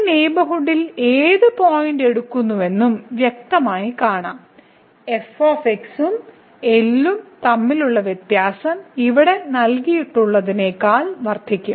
നിങ്ങൾ ഈ നെയ്ബർഹുഡിൽ ഏത് പോയിന്റും എടുക്കുന്നുവെന്ന് വ്യക്തമായി കാണാം f ഉം ഈ L ഉം തമ്മിലുള്ള വ്യത്യാസം ഇവിടെ നൽകിയിട്ടുള്ളതിനേക്കാൾ വർദ്ധിക്കും